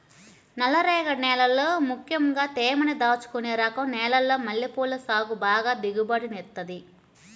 నల్లరేగడి నేలల్లో ముక్కెంగా తేమని దాచుకునే రకం నేలల్లో మల్లెపూల సాగు బాగా దిగుబడినిత్తది